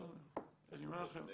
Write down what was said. והבעיה היא שקלינאות תקשורת זה תלוי בשפה.